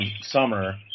summer